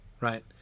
right